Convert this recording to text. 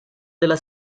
della